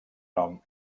nom